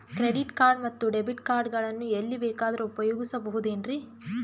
Credit card ಮತ್ತು debit card ಗಳನ್ನು ಎಲ್ಲಿ ಬೇಕಾದ್ರು ಉಪಯೋಗಿಸಬಹುದೇನ್ರಿ?